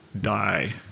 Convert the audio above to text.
die